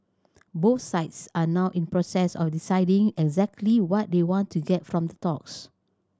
both sides are now in process of deciding exactly what they want to get from the talks